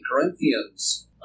Corinthians